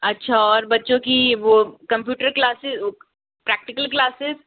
अच्छा और बच्चों कि वो कंप्युटर क्लासेस प्रैक्टिकल क्लासेस